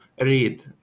read